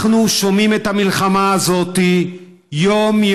אנחנו שומעים את המלחמה הזאת יום-יום.